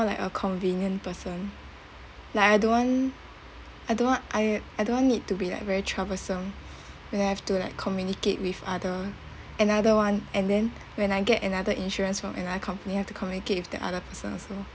like a convenient person like I don't want I don't want I I don't want it to be like very troublesome when I have to like communicate with other another one and then when I get another insurance from another company have to communicate with the other person also